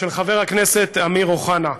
של חבר הכנסת אמיר אוחנה,